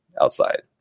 outside